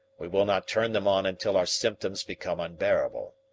we will not turn them on until our symptoms become unbearable.